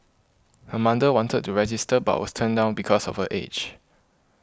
her mother wanted to register but was turned down because of her age